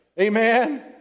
Amen